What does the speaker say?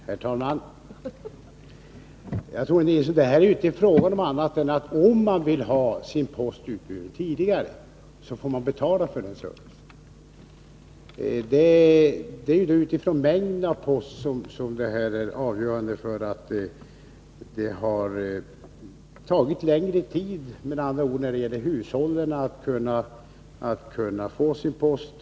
Herr talman! Det är här, Tore Nilsson, inte fråga om annat än att man får betala för servicen, om man vill ha sin post utburen tidigare. Det är mängden post som har varit avgörande för att det har tagit längre tid för hushållen att få sin post.